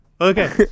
okay